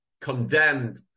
condemned